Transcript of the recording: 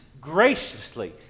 graciously